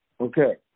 Okay